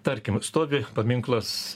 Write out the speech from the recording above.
tarkim stovi paminklas